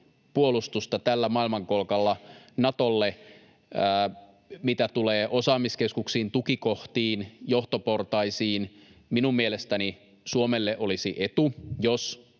puolustusta tällä maailmankolkalla. Mitä tulee osaamiskeskuksiin, tukikohtiin, johtoportaisiin, niin minun mielestäni Suomelle olisi etu, jos